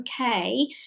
okay